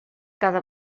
cada